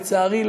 לצערי,